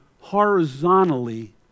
horizontally